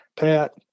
Pat